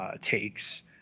takes